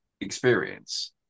experience